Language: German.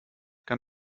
kann